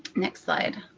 next slide.